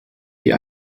die